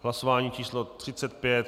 Hlasování má číslo 35.